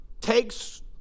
takes